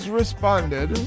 responded